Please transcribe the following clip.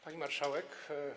Pani Marszałek!